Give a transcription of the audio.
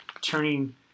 turning